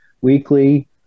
weekly